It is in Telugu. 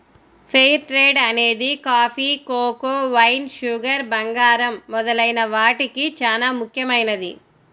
ఫెయిర్ ట్రేడ్ అనేది కాఫీ, కోకో, వైన్, షుగర్, బంగారం మొదలైన వాటికి చానా ముఖ్యమైనది